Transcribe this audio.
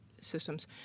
systems